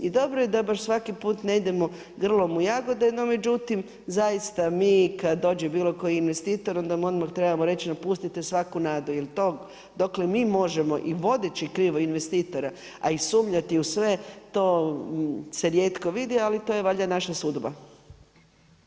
I dobro je da baš svaki put ne idemo grlom u jagode, no međutim, zaista kad dođe bilo koji investitor, onda mu odmah trebamo reći napustite svaku nadu jer to dokle mi možemo i vodeći krivo investitora, a i sumnjati sve, to se rijetko vidi, ali to je valjda naša sudba.